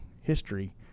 history